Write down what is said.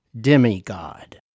Demigod